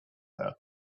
her